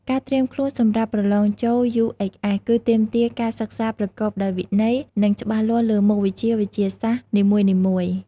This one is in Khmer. ការត្រៀមខ្លួនសម្រាប់ប្រទ្បងចូល UHS គឺទាមទារការសិក្សាប្រកបដោយវិន័យ និងច្បាស់លាស់លើមុខវិជ្ជាវិទ្យាសាស្ត្រនីមួយៗ។